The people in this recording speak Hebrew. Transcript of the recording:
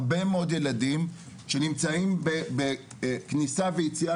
הרבה מאוד ילדים שנמצאים בכניסה ויציאה